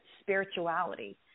spirituality